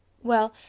well,